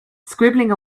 scribbling